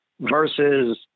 versus